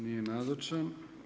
Nije nazočan.